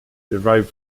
derive